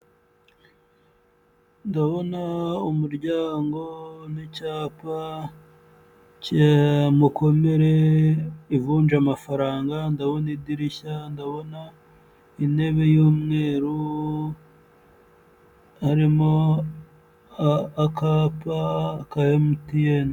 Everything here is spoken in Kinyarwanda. Ndabona umuryango, n'icyapa cya mukomere ivunja amafaranga, ndabona idirishya, ndabona intebe y'umweru, harimo akapa ka emutiyeni.